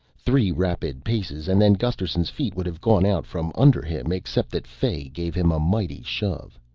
three rapid paces and then gusterson's feet would have gone out from under him except that fay gave him a mighty shove.